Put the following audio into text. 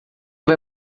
vai